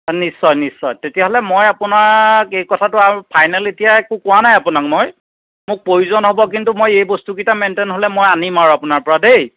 নিশ্চয় নিশ্চয় তেতিয়াহ'লে মই আপোনাক এই কথাটো আৰু ফাইনেল এতিয়াই একো কোৱা নাই আপোনাক মই মোক প্ৰয়োজন হ'ব কিন্তু মই এই বস্তুকেইটা মেইনটেইন হ'লে মই আনিম আৰু আপোনাৰ পৰা দেই